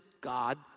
God